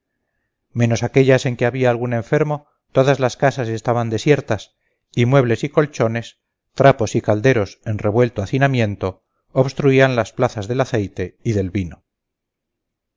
menos aquellas en que había algún enfermo todas las casas estaban desiertas y muebles y colchones trapos y calderos en revuelto hacinamiento obstruían las plazas del aceite y del vino